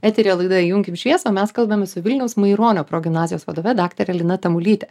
eteryje laida įjunkim šviesą o mes kalbamės su vilniaus maironio progimnazijos vadove daktare lina tamulyte